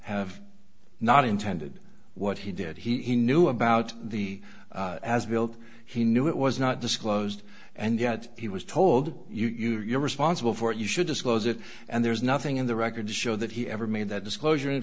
have not intended what he did he knew about the as built he knew it was not disclosed and yet he was told you're responsible for it you should disclose it and there's nothing in the record to show that he ever made that disclosure in